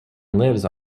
lives